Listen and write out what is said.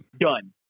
Done